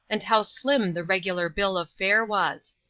and how slim the regular bill of fare was.